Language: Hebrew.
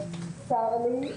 צר לי,